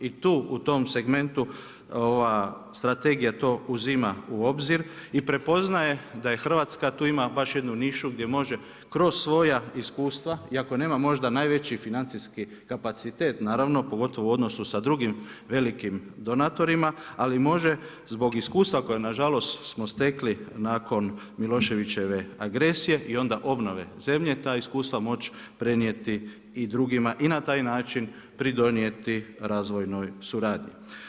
I tu u tom segmentu, ova strategija to uzima u obzir i prepoznaje da je Hrvatska tu ima baš jednu nišu, gdje može kroz svoja iskustva, iako nema možda najveći financijski kapacitet, naravno, pogotovo u odnosu sa drugim velikim donatorima, ali može zbog iskustva, koje nažalost smo stekli nakon Miloševićeve agresije i onda obnove zemlje, ta iskustva moći prenijeti i drugima i na taj način pridonijeti razvojnoj suradnji.